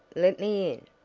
let me in!